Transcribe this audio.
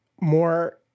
more